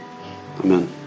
Amen